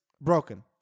broken